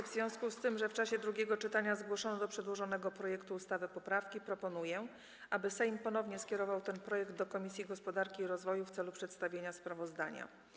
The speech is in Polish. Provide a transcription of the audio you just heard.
W związku z tym, że w czasie drugiego czytania zgłoszono do przedłożonego projektu ustawy poprawki, proponuję, aby Sejm ponownie skierował ten projekt do Komisji Gospodarki i Rozwoju w celu przedstawienia sprawozdania.